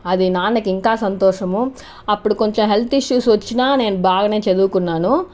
అది నాన్నకి ఇంకా సంతోషము అప్పుడు కొంచెం హెల్త్ ఇష్యూస్ వచ్చినా నేను బాగా చదువుకున్నాను